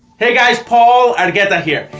hey guys paul argueta here!